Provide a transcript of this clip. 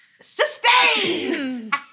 Sustained